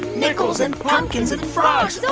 nickels and pumpkins and frogs,